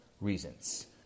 reasons